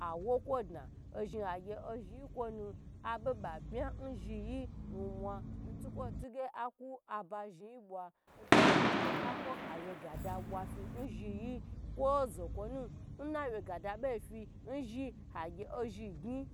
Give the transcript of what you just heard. Awo kwo dna at azhi agye ozhi kwonu abo ba bmi n zhi yi nmwa ntukwo tige aku aba zhi yi bwa ntuke tige aku awagda bwa nzhi yi kwa zokwo nna wye ga da bo fi n zhi agye ozhi gyn